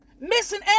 missing